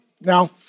Now